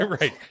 right